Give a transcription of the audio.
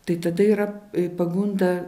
tai tada yra pagunda